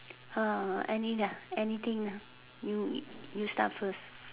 any lah anything lah you you start first